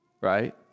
Right